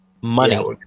money